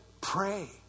Pray